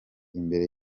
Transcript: imbere